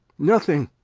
nothing?